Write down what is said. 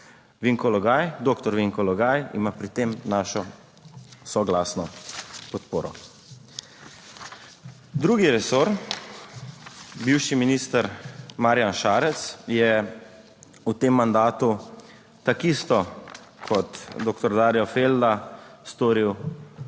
Vinko Logaj, doktor Vinko Logaj ima pri tem našo soglasno podporo. Drugi resor, bivši minister Marjan Šarec, je v tem mandatu taki isto kot doktor Darjo Felda, storil